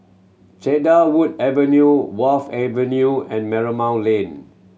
Cedarwood Avenue Wharf Avenue and Marymount Lane